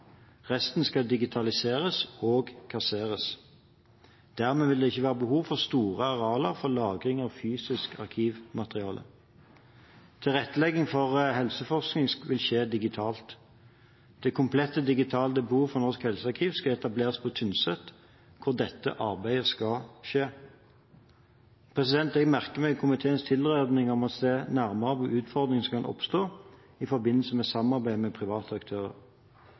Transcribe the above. Resten skal digitaliseres og kasseres. Dermed vil det ikke være behov for store arealer for lagring av fysisk arkivmateriale. Tilrettelegging for helseforskning vil skje digitalt. Det komplette digitale depotet for Norsk helsearkiv skal etableres på Tynset, hvor dette arbeidet skal skje. Jeg merker meg komiteens tilrådning om å se nærmere på utfordringer som kan oppstå i forbindelse med samarbeid med private aktører.